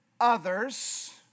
others